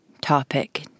topic